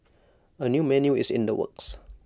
A new menu is in the works